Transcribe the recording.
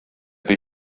the